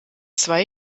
zwei